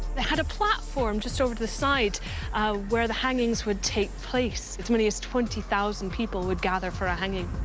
had a platform just over to the side where the hangings would take place. as many as twenty thousand people would gather for a hanging.